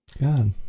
God